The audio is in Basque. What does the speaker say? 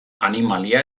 animalia